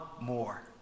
more